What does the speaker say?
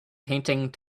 painting